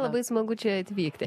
labai smagu čia atvykti